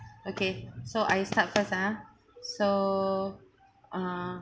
okay so I start first uh so uh